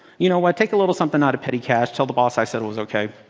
you know what, take a little something out of petty cash, tell the boss i said it was ok.